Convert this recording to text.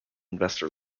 investor